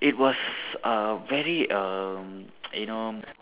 it was uh very uh you know